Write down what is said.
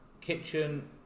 kitchen